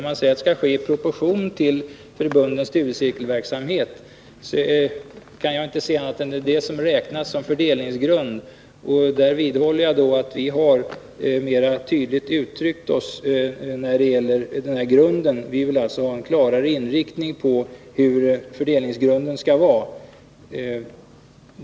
Om man säger att det skall ske i proportion till förbundens studiecirkelverksamhet, kan jag inte se annat än att det är det som räknas som fördelningsgrund. Där vidhåller jag alltså att vi har uttryckt oss tydligare när det gäller fördelningsgrunden. Vi vill m. a. o. ha en klarare inriktning när det gäller fördelningsgrunden.